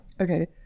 okay